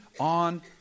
on